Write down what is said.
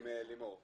עם לימור לוריא.